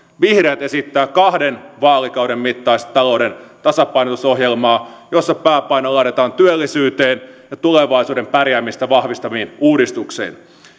vihreät esittävät kahden vaalikauden mittaista talouden tasapainotusohjelmaa jossa pääpaino laitetaan työllisyyteen ja tulevaisuuden pärjäämistä vahvistaviin uudistuksiin